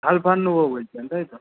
sulphur নেব বলছেন তাই তো